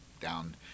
down